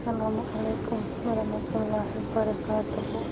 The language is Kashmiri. اَسلامُ علیکُم وَرحمتُہ اللہ وَبَرکاتُہ